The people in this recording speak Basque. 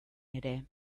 ere